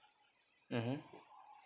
mmhmm